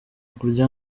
kurya